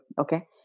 okay